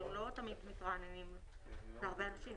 N3,